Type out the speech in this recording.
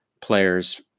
players